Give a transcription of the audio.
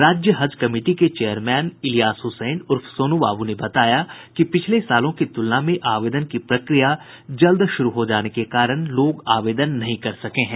राज्य हज कमिटी के चेयरमैन इलियास हुसैन उर्फ सोनू बाबू ने बताया कि पिछले सालों की तुलना में आवेदन की प्रक्रिया जल्द शुरू हो जाने के कारण लोग आवेदन नहीं कर सके हैं